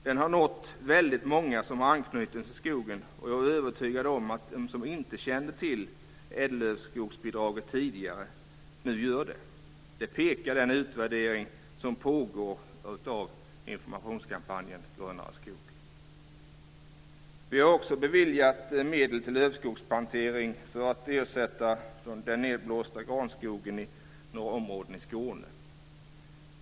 Den har nått väldigt många som har anknytning till skogen, och jag är övertygad om att de som inte tidigare har känt till ädellövsbidraget nu gör det. Det pekar den utvärdering på som pågår med anledning av informationskampanjen Grönare skog. Vi har också tidigare beviljat medel till lövskogsplantering för att ersätta den nedblåsta granskogen på några områden i Skåne.